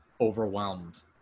overwhelmed